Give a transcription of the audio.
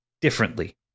differently